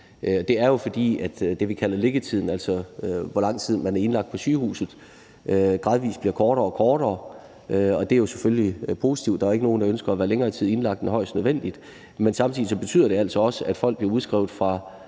Det er jo, fordi det, vi kalder liggetiden, altså hvor lang tid man er indlagt på sygehuset, gradvis bliver kortere og kortere. Og det er jo selvfølgelig positivt; der er ikke nogen, der ønsker at være længere tid indlagt end højst nødvendigt. Men samtidig betyder det altså også, at folk bliver udskrevet fra